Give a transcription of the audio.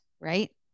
Right